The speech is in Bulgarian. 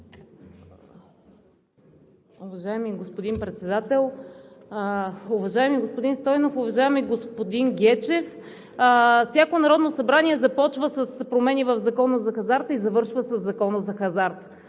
Уважаеми господин Председател! Уважаеми господин Стойнов, уважаеми господин Гечев! Всяко Народно събрание започва с промени в Закона за хазарта и завършва със Закона за хазарта.